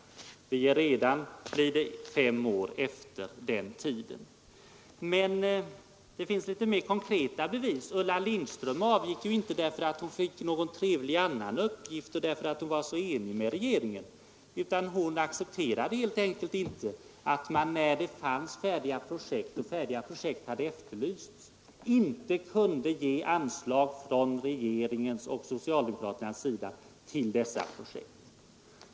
Vi är nu redan fem år efter den tiden. Det finns emellertid fler och än mer konkreta bevis. Ulla Lindström avgick ju inte ur regeringen därför att hon skulle få någon trevlig annan uppgift eller därför att hon var så enig med regeringen. Utan hon accepterade tvärtom inte att man när det fanns färdiga projekt — och sådana hade efterlysts — inte kunde ge anslag från regeringens och socialdemokraternas sida till dessa projekt.